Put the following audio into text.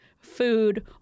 food